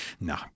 No